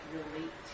relate